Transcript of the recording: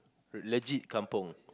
legit kampung